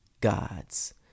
gods